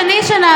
הדבר השני שנעשה,